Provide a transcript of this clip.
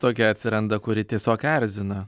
tokia atsiranda kuri tiesiog erzina